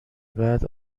بعد